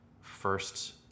first